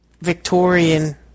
Victorian